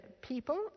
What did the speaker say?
people